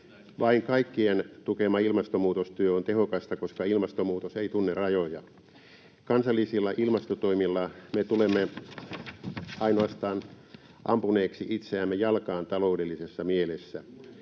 Vain kaikkien tukema ilmastonmuutostyö on tehokasta, koska ilmastonmuutos ei tunne rajoja. Kansallisilla ilmastotoimilla me tulemme ainoastaan ampuneeksi itseämme jalkaan taloudellisessa mielessä.